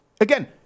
Again